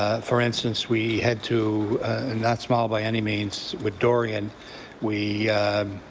ah for instance, we had to not small by any means with dorian we